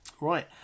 Right